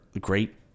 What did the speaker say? great